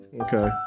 Okay